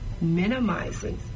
minimizing